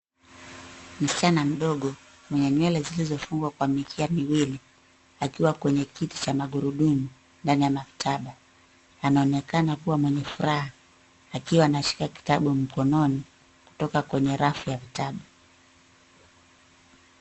Msichana mdogo mwenye nywele zilizofungwa kwa mikia miwili, akiwa kwenye kiti cha magurudumu ndani ya maktaba. Anaonekana kuwa mwenye furaha akiwa anashika kitabu mkononi kutoka kwenye rafu ya vitabu.